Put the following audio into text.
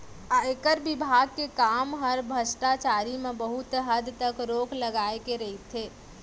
आयकर विभाग के काम हर भस्टाचारी म बहुत हद तक रोक लगाए के रइथे